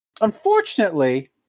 Unfortunately